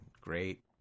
great